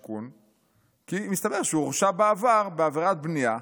כי מסתבר שהוא הורשע בעבר בעבירת בנייה,